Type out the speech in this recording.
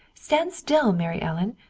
stand still, mary ellen!